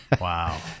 wow